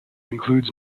includes